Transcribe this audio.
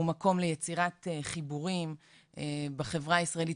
הוא מקום ליצירת חיבורים בחברה הישראלית,